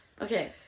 Okay